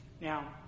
Now